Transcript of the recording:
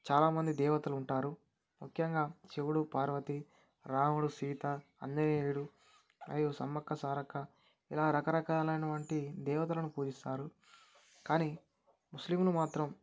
చాలా మంది దేవతలు ఉంటారు ముఖ్యంగా శివుడు పార్వతి రాముడు సీత ఆంజనేయుడు మరియు సమ్మక సారక్క ఇలా రకరకాలైనటువంటి దేవతలను పూజిస్తారు కానీ ముస్లిములు మాత్రం